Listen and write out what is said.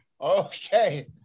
Okay